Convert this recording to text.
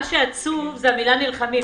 מה שעצוב זה המילה "נלחמים".